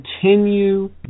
continue